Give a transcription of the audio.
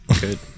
good